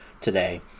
today